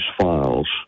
files